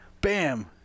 Bam